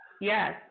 yes